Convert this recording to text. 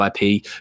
ip